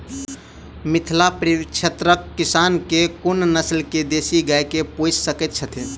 मिथिला परिक्षेत्रक किसान केँ कुन नस्ल केँ देसी गाय केँ पोइस सकैत छैथि?